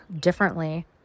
differently